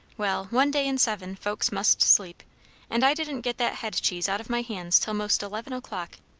well one day in seven, folks must sleep and i didn't get that headcheese out of my hands till most eleven o'clock.